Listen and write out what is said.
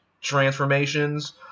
transformations